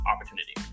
opportunity